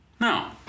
No